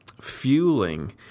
fueling